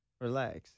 Relax